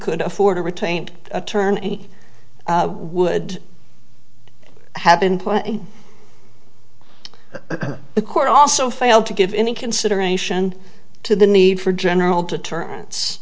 could afford a retained attorney would have been put in the court also failed to give any consideration to the need for general deterren